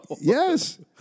Yes